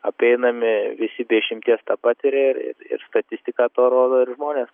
apeinami visi be išimties tą patiria ir ir statistika tą rodo ir žmonės